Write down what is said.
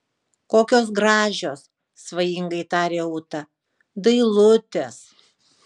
kokios gražios svajingai tarė ūta dailutės